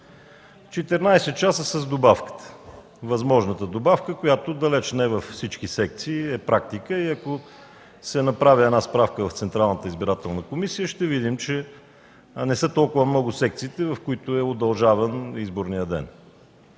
часа с добавката, възможната добавка, която далеч не във всички секции е практика. Ако се направи справка в Централната избирателна комисия, ще видим, че не са толкова много секциите, в които е удължаван изборният ден.